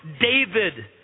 David